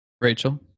rachel